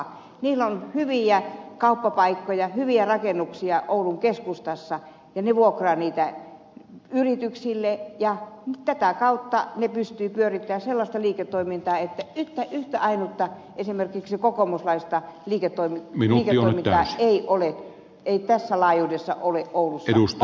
niillä on hyviä kauppapaikkoja hyviä rakennuksia oulun keskustassa ja ne vuokraavat niitä yrityksille ja tätä kautta pystyvät pyörittämään sellaista liiketoimintaa että tässä laajuudessa ei ole yhtä ainutta esimerkiksi kokoomuslaista liiketoimi mimijoita ei ole ei tässä liiketoimintaa oulussa ollenkaan